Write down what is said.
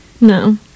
no